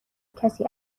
کسی